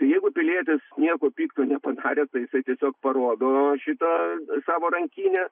jeigu pilietis nieko pikto nepadarė tai tiesiog parodo šitą savo rankinę